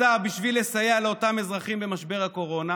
עשתה בשביל לסייע לאותם אזרחים במשבר הקורונה?